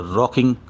rocking